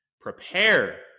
prepare